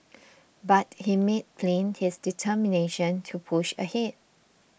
but he made plain his determination to push ahead